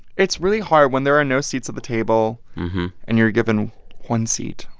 it's really hard when there are no seats at the table and you're given one seat,